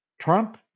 Trump